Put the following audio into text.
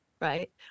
right